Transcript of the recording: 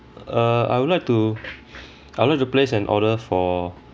err I would like to I would like to place an order for